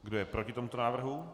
Kdo je proti tomuto návrhu?